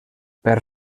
per